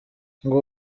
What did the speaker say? ngo